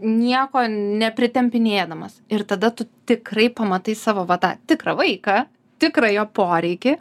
nieko nepritempinėdamas ir tada tu tikrai pamatai savo va tą tikrą vaiką tikrą jo poreikį